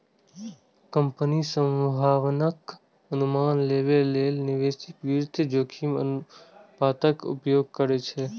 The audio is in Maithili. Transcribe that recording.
कंपनीक संभावनाक अनुमान लगाबै लेल निवेशक वित्तीय जोखिम अनुपातक उपयोग करै छै